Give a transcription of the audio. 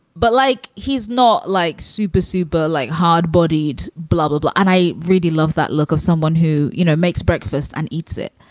but like, he's not like super, super, like hard bodied blablabla. and i really love that look of someone who, you know, makes breakfast and eats it.